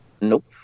Nope